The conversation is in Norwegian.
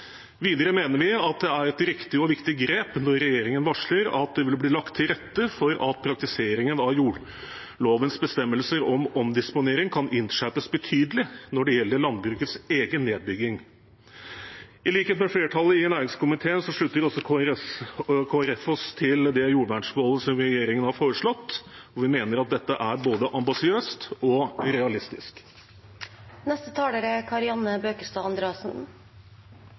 Videre mener vi at det er et riktig og viktig grep når regjeringen varsler at det vil bli lagt til rette for at praktiseringen av jordlovens bestemmelser om omdisponering kan innskjerpes betydelig når det gjelder landbrukets egen nedbygging. I likhet med flertallet i næringskomiteen slutter også Kristelig Folkeparti seg til det jordvernmålet som regjeringen har foreslått. Vi mener at dette er både ambisiøst og